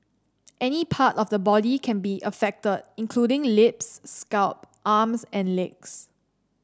any part of the body can be affected including lips scalp arms and legs